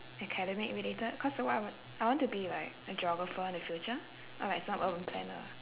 academic related cause the what I want I want to be like a geographer in the future uh like some urban planner